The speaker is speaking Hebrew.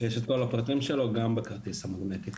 יש את כל הפרטים שלו גם בכרטיס המגנטי.